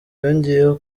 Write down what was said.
yongeyeho